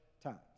times